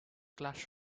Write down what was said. class